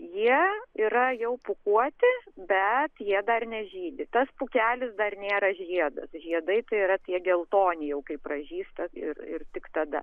jie yra jau pūkuoti bet jie dar nežydi tas pūkelis dar nėra žiedas žiedai tai yra tie geltoni jau kai pražysta ir tik tada